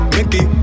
Mickey